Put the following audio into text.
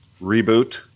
reboot